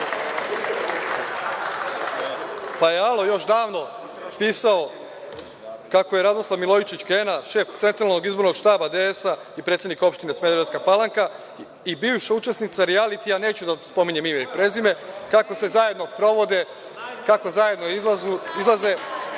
pa je „Alo“ još davno pisao kako je Radoslav Milojičić Kena, šef centralnog izbornog štaba DS i predsednik opštine Smederevska Palanka, i bivša učesnica rialitija, neću da spominjem ime i prezime, kako se zajedno provode, kako zajedno izlaze,